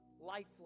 lifeless